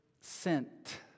sent